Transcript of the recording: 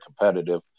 competitive